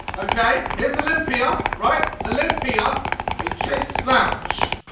okay here's olympia, right? olympia a chaise lounge.